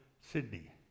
Sydney